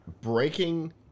Breaking